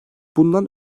bundan